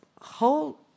whole